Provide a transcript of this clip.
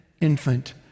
infant